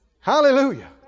Hallelujah